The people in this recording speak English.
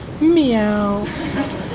meow